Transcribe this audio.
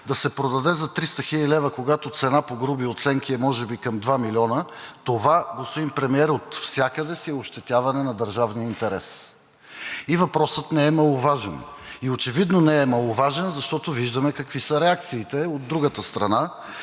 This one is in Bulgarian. да се продаде за 300 хил. лв., когато цената по груби оценки е може би към 2 млн. лв. Това, господин Премиер, отвсякъде си е ощетяване на държавния интерес. И въпросът не е маловажен. А очевидно не е маловажен, защото виждаме какви са реакциите от другата страна.